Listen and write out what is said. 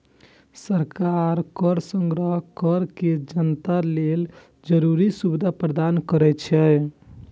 सरकार कर संग्रह कैर के जनता लेल जरूरी सुविधा प्रदान करै छै